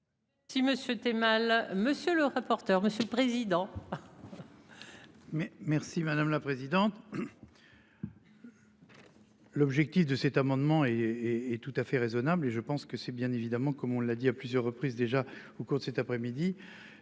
Si Monsieur es mal monsieur le rapporteur. Monsieur le président. Mais merci madame la présidente. L'objectif de cet amendement et et tout à fait raisonnable, et je pense que c'est bien évidemment comme on l'a dit à plusieurs reprises déjà au cours de cet après-midi